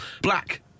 black